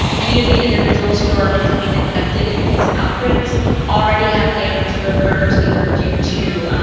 many of the individuals who are becoming infected in these outbreaks already have damaged livers either due to